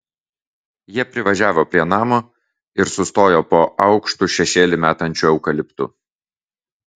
jie privažiavo prie namo ir sustojo po aukštu šešėlį metančiu eukaliptu